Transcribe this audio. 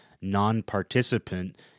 non-participant